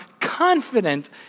confident